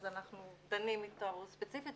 אז אנחנו דנים אתו ספציפית,